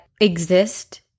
exist